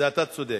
בזה אתה צודק.